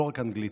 לא רק אנגלית,